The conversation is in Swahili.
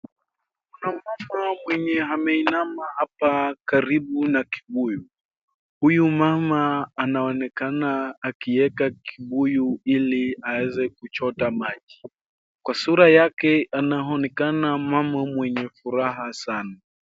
Kuna mtu mwenye ameinama hapa karibu na kibuyu, huyu mama anaonekana akaiweka kibuyu ili aweze kuchota maji kwa sura yake anaonekana mama mwenye furaha sana.